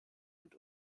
und